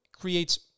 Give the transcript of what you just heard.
creates